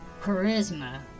charisma